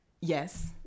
Yes